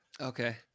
Okay